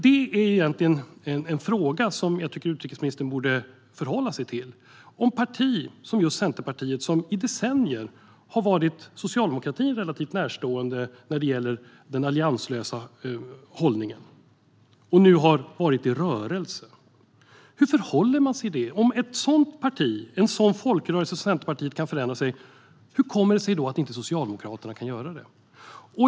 Det finns en fråga som jag tycker att utrikesministern borde förhålla sig till. Om ett parti som Centerpartiet som i decennier har varit socialdemokratin relativt närstående när det gäller den allianslösa hållningen nu är i rörelse, hur förhåller man sig till det? Om ett sådant parti, en sådan folkrörelse som Centerpartiet, kan förändra sig - hur kommer det sig då att inte Socialdemokraterna kan göra det?